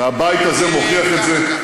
והבית הזה מוכיח את זה,